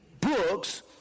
books